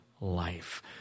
life